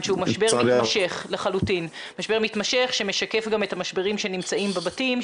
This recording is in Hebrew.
שהוא משבר מתמשך שמשקף גם את המשברים שנמצאים בבתים,